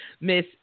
Miss